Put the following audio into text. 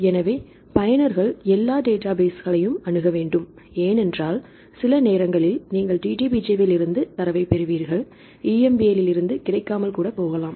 எனவே பயனர்கள் எல்லா டேட்டாபேஸ்களையும் அணுக வேண்டும் ஏனென்றால் சில நேரங்களில் நீங்கள் DDBJ இலிருந்து தரவைப் பெறுவீர்கள் EMBL கிடைக்காமல் கூட போகலாம்